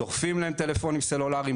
דוחפים להם טלפונים סלולריים,